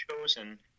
chosen